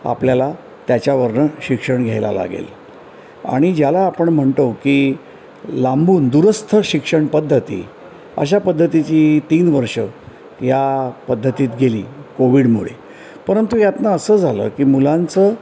आपल्याला त्याच्यावरनं शिक्षण घ्यायला लागेल आणि ज्याला आपण म्हणतो की लांबून दूरस्थ शिक्षण पद्धती अशा पद्धतीची तीन वर्षं या पद्धतीत गेली कोविडमुळे परंतु यातनं असं झालं की मुलांचं